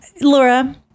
Laura